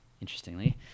interestingly